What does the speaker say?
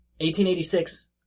1886